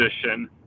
position